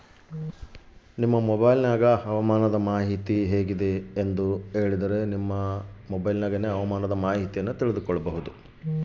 ಹವಾಮಾನದ ಮಾಹಿತಿ ಹೇಗೆ ತಿಳಕೊಬೇಕು?